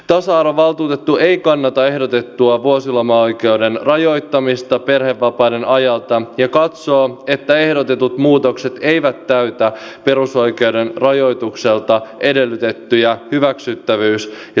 tasa arvovaltuutettu ei kannata ehdotettua vuosilomaoikeuden rajoittamista perhevapaiden ajalta ja katsoo että ehdotetut muutokset eivät täytä perusoikeuden rajoitukselta edellytettyjä hyväksyttävyys ja suhteellisuusvaatimuksia